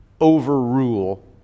overrule